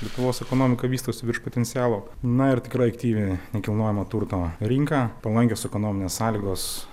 lietuvos ekonomika vystosi virš potencialo na ir tikrai aktyvi nekilnojamo turto rinka palankios ekonominės sąlygos